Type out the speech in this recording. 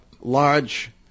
Large